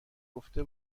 گفته